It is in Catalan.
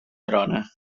trona